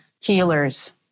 healers